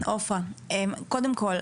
קודם כל,